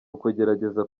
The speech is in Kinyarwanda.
ukugerageza